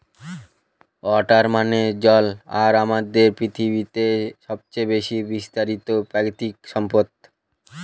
water মানে জল আর আমাদের পৃথিবীতে সবচেয়ে বেশি বিস্তারিত প্রাকৃতিক সম্পদ